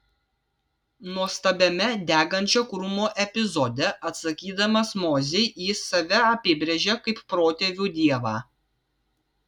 nuostabiame degančio krūmo epizode atsakydamas mozei jis save apibrėžia kaip protėvių dievą